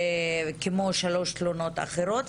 זה כמו שלוש תלונות אחרות,